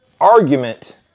argument